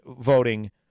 voting